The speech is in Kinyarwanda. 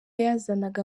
yazanaga